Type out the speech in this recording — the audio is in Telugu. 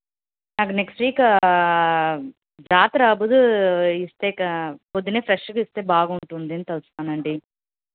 నాకు నెక్స్ట్ వీక్ జాతర ముందు ఇస్తే పొద్దున్నే ఫ్రెష్గా ఇస్తే బాగుంటుంది అని తలుస్తాను అండి